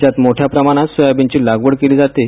राज्यात मोठ्या प्रमाणात सोयाबीनची लागवड केली जाते